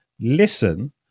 listen